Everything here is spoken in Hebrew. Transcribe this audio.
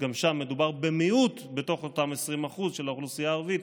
גם שם מדובר במיעוט בתוך אותם 20% של האוכלוסייה הערבית.